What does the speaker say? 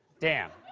damn.